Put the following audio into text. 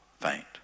faint